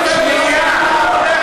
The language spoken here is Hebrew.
שנייה.